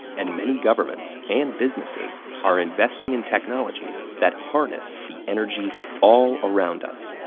and many governments and businesses are investing in technologies that harness the energy all around us.